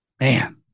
Man